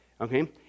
Okay